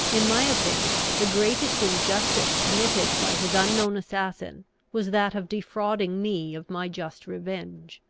in my opinion, the greatest injustice committed by his unknown assassin was that of defrauding me of my just revenge.